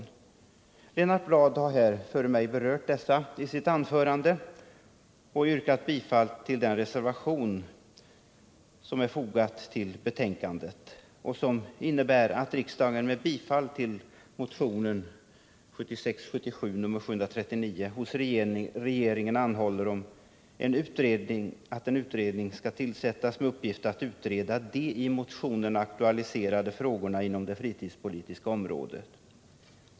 Lennart Bladh har här före mig berört dessa i sitt anförande och yrkat bifall till den reservation som är fogad till betänkandet och som innebär att riksdagen med bifall till motionen 1976/77:739 hos regeringen anhåller att en utredning tillsätts med uppgift att se över de i motionen aktualiserade frågorna inom det fritidspolitiska området.